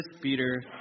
Peter